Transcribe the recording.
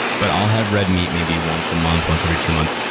but i'll have red meat maybe once a month, once every two months.